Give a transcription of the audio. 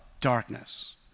darkness